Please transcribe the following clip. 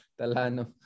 Talano